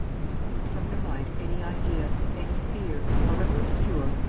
you must put from your mind any idea, any fear, however obscure,